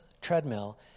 treadmill